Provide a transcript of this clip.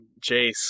Jace